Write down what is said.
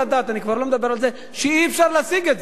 אני כבר לא מדבר על זה שאי-אפשר להשיג את זה.